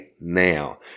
now